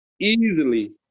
easily